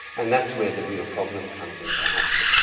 and that's where the real problem comes in perhaps.